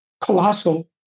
colossal